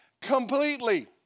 completely